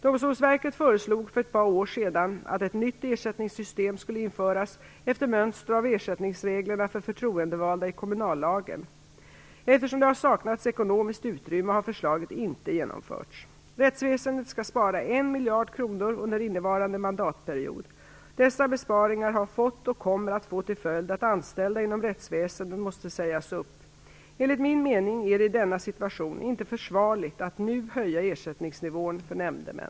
Domstolsverket föreslog för ett par år sedan att ett nytt ersättningssystem skulle införas efter mönster av ersättningsreglerna för förtroendevalda i kommunallagen. Eftersom det har saknats ekonomiskt utrymme, har förslaget inte genomförts. Rättsväsendet skall spara en miljard kronor under innevarande mandatperiod. Dessa besparingar har fått och kommer att få till följd att anställda inom rättsväsendet måste sägas upp. Enligt min mening är det i denna situation inte försvarligt att nu höja ersättningsnivån för nämndemän.